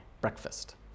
breakfast